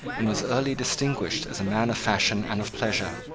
and was early distinguished as a man of fashion and of pleasure.